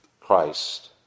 Christ